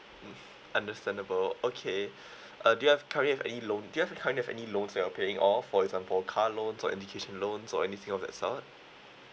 mm understandable okay uh do have currently have any loan do you have currently have any loans that you are paying off for example car loans or education loans or anything of that sort